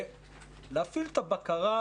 להפעיל את הבקרה,